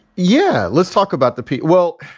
yeah, let's talk about the piece. well,